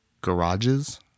Garages